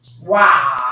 Wow